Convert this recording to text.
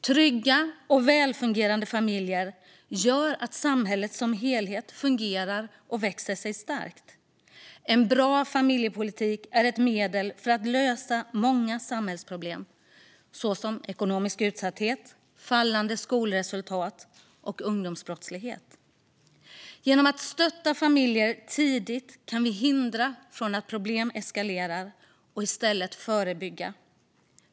Trygga och välfungerande familjer gör att samhället som helhet fungerar och växer sig starkt. En bra familjepolitik är ett medel för att lösa många samhällsproblem, såsom ekonomisk utsatthet, fallande skolresultat och ungdomsbrottslighet. Genom att stötta familjer tidigt kan vi hindra att problem eskalerar och i stället förebygga.